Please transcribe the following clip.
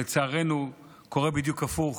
לצערנו, קורה בדיוק הפוך,